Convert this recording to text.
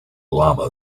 llama